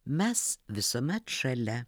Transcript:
mes visuomet šalia